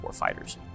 warfighters